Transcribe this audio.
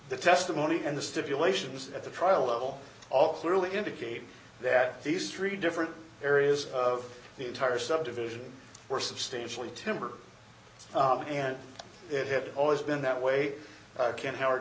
the testimony and the stipulations at the trial level off really indicate that these three different areas of the entire subdivision were substantially timber and it had always been that way i can howard